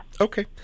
Okay